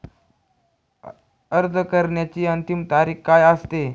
अर्ज करण्याची अंतिम तारीख काय असते?